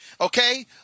okay